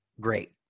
great